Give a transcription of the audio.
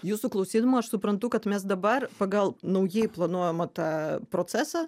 jūsų klausydama aš suprantu kad mes dabar pagal naujai planuojamą tą procesą